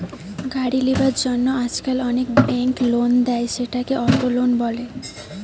গাড়ি লিবার জন্য আজকাল অনেক বেঙ্ক লোন দেয়, সেটাকে অটো লোন বলে